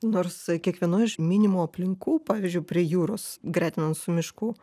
nors kiekvienoj iš minimų aplinkų pavyzdžiui prie jūros gretinant su mišku